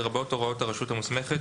לרבות הוראות הרשות המוסמכת,